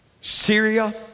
Syria